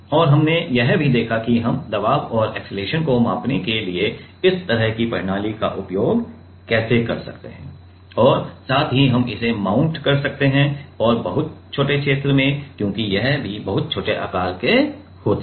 और हमने यह भी देखा है कि हम दबाव और अक्सेलरेशन को मापने के लिए इस तरह की प्रणाली का उपयोग कैसे कर सकते हैं और साथ ही हम इसे माउंट कर सकते हैं और बहुत छोटे क्षेत्र में क्योंकि ये भी बहुत छोटे आकार के होते हैं